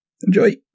Enjoy